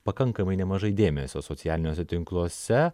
pakankamai nemažai dėmesio socialiniuose tinkluose